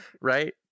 right